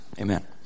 Amen